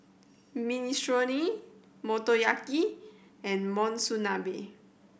Minestrone Motoyaki and Monsunabe